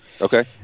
Okay